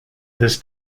this